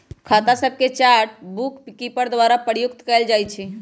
खता सभके chart bookkeeper द्वारा प्रयुक्त कएल जाइ छइ